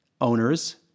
owners